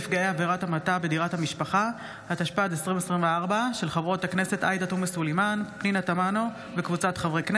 ניפוק תכשיר מרשם שניתן במרשם אלקטרוני או ידני בתנאי הסדר בכל